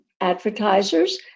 advertisers